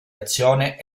azione